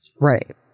Right